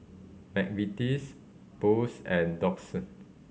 McVitie's Boost and Doux